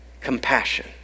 compassion